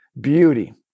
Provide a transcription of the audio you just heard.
beauty